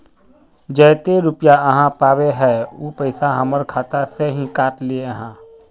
जयते रुपया आहाँ पाबे है उ पैसा हमर खाता से हि काट लिये आहाँ?